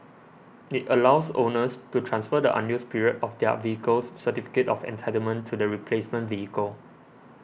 it allows owners to transfer the unused period of their vehicle's certificate of entitlement to the replacement vehicle